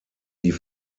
die